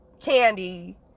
candy